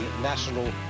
National